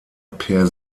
per